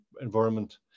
environment